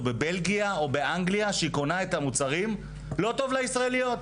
בבלגיה או באנגליה שקונה את המוצרים לא טוב לישראליות.